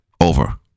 over